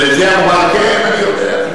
אני יודע,